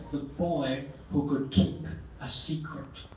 boy who could keep a secret.